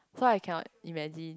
so I cannot imagine